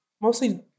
Mostly